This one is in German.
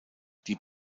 die